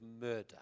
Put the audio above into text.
murder